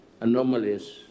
anomalies